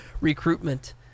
recruitment